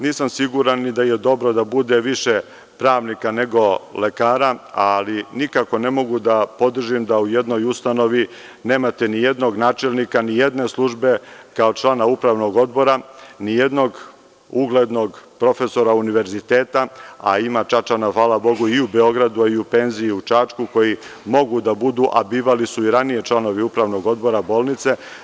Nisam siguran ni da je dobro da bude više pravnika nego lekara, ali, nikako ne mogu da podržim da u jednoj ustanovi nemate nijednog načelnika, nijedne službe kao člana upravnog odbora, nijednog uglednog profesora univerziteta, a ima Čačana, hvala bogu, i u Beogradu, a i u penziji u Čačku, koji mogu da budu, a bivali su i ranije, članovi upravnog odbora bolnice.